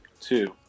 Two